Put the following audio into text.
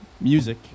music